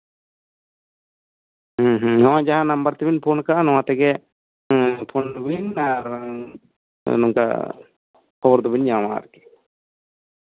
ᱦᱮᱸ ᱦᱮᱸ ᱱᱚᱜᱼᱚᱭ ᱡᱟᱦᱟᱸ ᱱᱟᱢᱵᱟᱨ ᱛᱮᱵᱮᱱ ᱯᱷᱳᱱ ᱠᱟᱜᱼᱟ ᱱᱚᱶᱟ ᱛᱮᱜᱮ ᱯᱷᱳᱱ ᱵᱤᱱ ᱟᱨ ᱱᱚᱝᱠᱟ ᱠᱷᱚᱵᱚᱨ ᱫᱚᱵᱤᱱ ᱧᱟᱢᱟ ᱟᱨᱠᱤ